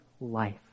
life